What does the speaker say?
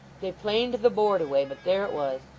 they planed the board away, but there it was.